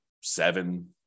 seven